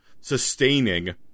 sustaining